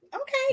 Okay